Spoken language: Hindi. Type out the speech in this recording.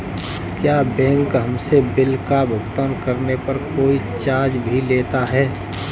क्या बैंक हमसे बिल का भुगतान करने पर कोई चार्ज भी लेता है?